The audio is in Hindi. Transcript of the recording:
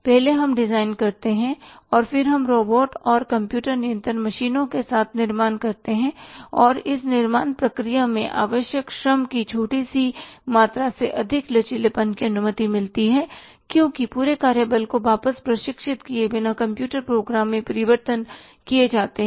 पहले हम डिजाइन करते हैं और फिर हम रोबोट और कंप्यूटर नियंत्रण मशीनों के साथ निर्माण करते हैं इस निर्माण प्रक्रिया में आवश्यक श्रम की छोटी सी मात्रा से अधिक लचीलेपन की अनुमति मिलती है क्योंकि पूरे कार्य बल को वापस परीक्षित किए बिना कंप्यूटर प्रोग्राम में परिवर्तन किए जाते हैं